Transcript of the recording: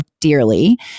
dearly